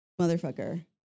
motherfucker